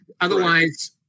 Otherwise